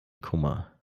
kummer